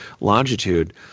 longitude